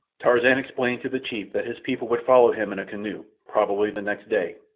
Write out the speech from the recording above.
tarzan explained to the chief that his people would follow him in a canoe, probably the next day,